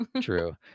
true